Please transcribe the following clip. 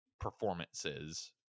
performances